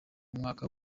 mwaka